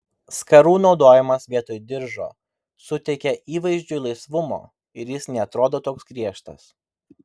skarų naudojimas vietoj diržo suteikia įvaizdžiui laisvumo ir jis neatrodo toks griežtas